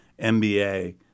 MBA